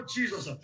Jesus